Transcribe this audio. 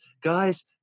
Guys